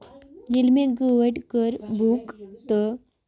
ییٚلہِ مےٚ گٲڈۍ کٔر بُک تہٕ